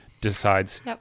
decides